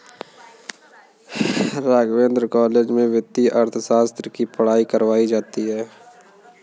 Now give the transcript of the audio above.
Raghavendra college में वित्तीय अर्थशास्त्र की पढ़ाई करवायी जाती है